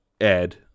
Ed